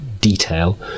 detail